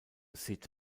seat